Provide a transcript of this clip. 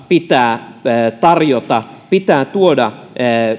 pitää tarjota täydennyskoulutusta pitää tuoda